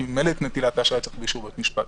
כי ממילא את נטילת האשראי צריך באישור בית המשפט.